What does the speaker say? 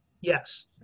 yes